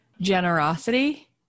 generosity